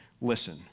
listen